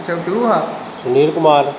Sunil Kumar